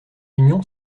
union